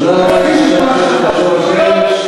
תודה לך, חבר הכנסת יעקב אשר.